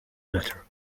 better